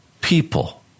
people